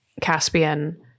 Caspian